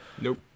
Nope